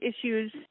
issues